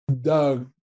Doug